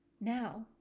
Now